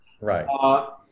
right